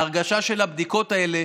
ההרגשה בבדיקות האלה,